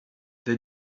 they